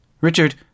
Richard